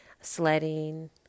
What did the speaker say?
sledding